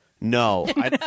No